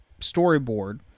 storyboard